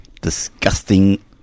disgusting